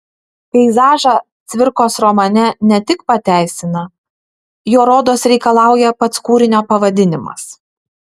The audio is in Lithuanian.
peizažą cvirkos romane ne tik pateisina jo rodos reikalauja pats kūrinio pavadinimas